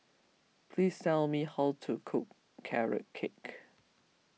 please tell me how to cook Carrot Cake